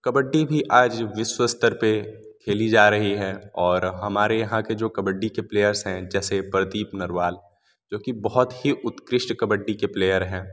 कबड्डी भी आज विश्व स्तर पर खेली जा रही है और हमारे यहाँ के जो कबड्डी के प्लेयर्स हैं जैसे प्रदीप नरवाल जो कि बहुत ही उत्कृष्ट कबड्डी के प्लेयर हैं